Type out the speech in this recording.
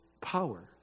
power